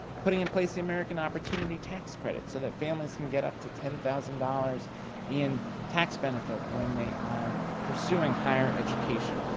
putting in place the americ waldoan opportunity tax credit so that families can get up to ten thousand dollars in tax benefit when they are pursuing higher education.